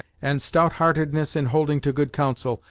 and stout-heartedness in holding to good counsel,